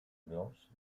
blanche